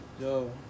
Yo